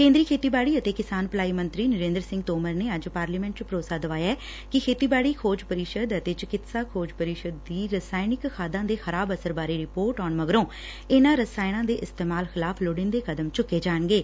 ਕੇਂਦਰੀ ਖੇਤੀਬਾਤੀ ਅਤੇ ਕਿਸਾਨ ਭਲਾਈ ਮੰਤਰੀ ਨਰੇਂਦਰ ਸਿੰਘ ਤੋਮਰ ਨੇ ਅੱਜ ਪਾਰਲੀਮੈਂਟ ਚ ਭਰੋਸਾ ਦਵਾਇਐ ਕਿ ਖੇਤੀਬਾੜੀ ਖੋਜ ਪਰਿਸ਼ਦ ਅਤੇ ਚਿਕਿਤਸਾ ਖੋਜ ਪਰਿਸ਼ਦ ਦੀ ਰਸਾਇਣਕ ਖਾਦਾਂ ਦੇ ਖ਼ਰਾਬ ਅਸਰ ਬਾਰੇ ਰਿਪੋਰਟ ਆਉਣ ਮਗਰੋਂ ਇਨਾਂ ਰਸਾਇਣਾਂ ਦੇ ਇਸਤੇਮਾਲ ਖਿਲਾਫ਼ ਲੋਤੀਂਦੇ ਕਦਮ ਚੁੱਕੇ ਜਾਣਗੇ